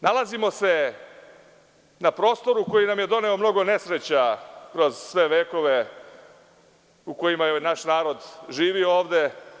Nalazimo se na prostoru koji nam je doneo mnogo nesreća kroz sve vekove u kojima naš narod živi ovde.